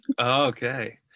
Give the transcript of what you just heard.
Okay